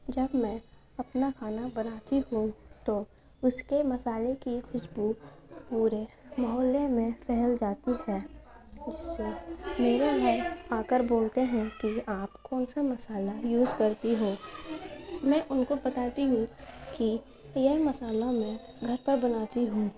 جب میں اپنا کھانا بناتی ہوں تو اس کے مصالحے کی خوشبو پورے محلے میں پھیل جاتی ہے جس سے میرا آ کر بولتے ہیں کہ آپ کون سا مصالحہ یوز کرتی ہو میں ان کو بتاتی ہوں کہ یہ مصالحہ میں گھر پر بناتی ہوں